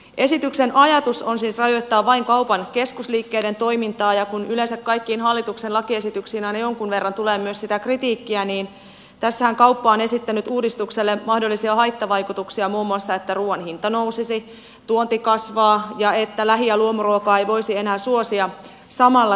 esityksen ajatus on siis rajoittaa vain kaupan keskusliikkeiden toimintaa ja kun yleensä kaikkiin hallituksen lakiesityksiin aina jonkun verran tulee myös sitä kritiikkiä niin tässähän kauppa on esittänyt uudistukselle mahdollisia haittavaikutuksia muun muassa että ruuan hinta nousisi tuonti kasvaa ja että lähi ja luomuruokaa ei voisi enää suosia samalla tavalla